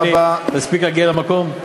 אני אספיק להגיע למקום?